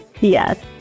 Yes